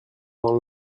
dans